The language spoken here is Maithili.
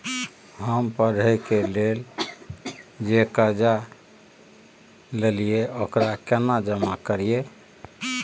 हम पढ़े के लेल जे कर्जा ललिये ओकरा केना जमा करिए?